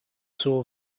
saw